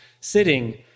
sitting